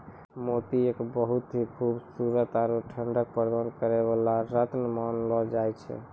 मोती एक बहुत हीं खूबसूरत आरो ठंडक प्रदान करै वाला रत्न मानलो जाय छै